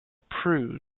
prudes